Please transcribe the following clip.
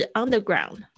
underground